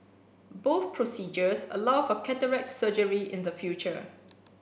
both procedures allow for cataract surgery in the future